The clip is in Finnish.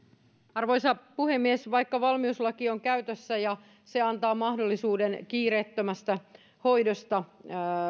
arvoisa puhemies vaikka valmiuslaki on käytössä ja se antaa mahdollisuuden kiireettömästä hoidosta